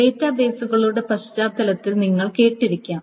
ഡാറ്റാബേസുകളുടെ പശ്ചാത്തലത്തിൽ നിങ്ങൾ കേട്ടിരിക്കാം